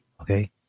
Okay